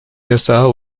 yasağa